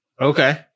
Okay